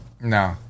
No